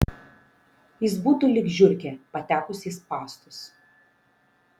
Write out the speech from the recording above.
jis būtų lyg žiurkė patekusi į spąstus